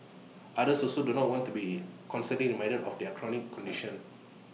others also do not want to be constantly reminded of their chronic condition